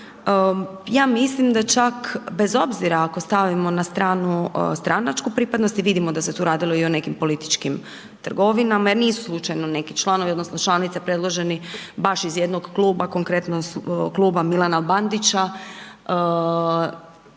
ja mislim da čak bez obzira ako stavimo na stranu stranačku pripadnost jer vidimo da se tu radilo i o nekim političkim trgovinama jer nisu slučajno neki članovi odnosno članice predloženi baš iz jednog kluba, konkretno kluba Milana Bandića,